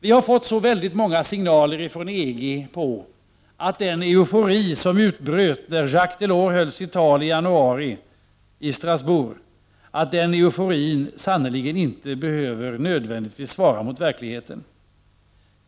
Vi har fått så oerhört många signaler från EG om att den eufori som utbröt när Jacques Delors höll sitt tal i Strasbourg i januari sannerligen inte nödvändigtvis behöver svara mot verkligheten.